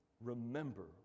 Remember